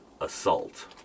Assault